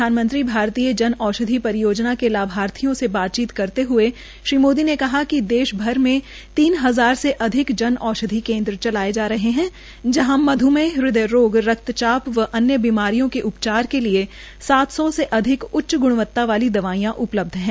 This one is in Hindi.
प्रधानमंत्रीभारतीय जनाऔषधी परियोजना के लाभार्थियों के साथ बातचीत करते हए श्री मोदी ने कहा कि देश भर में तीन हजार से अधिक जन औषधि केन्द्र चलाए जा रहे है जहां मध्मेह हद्वय रोग रक्तचाप व अन्य बीमारियों के उपचार के लिए सात सौ से अधिक उच्च ग्णव्ता वाली दवाईयां उपलब्ध है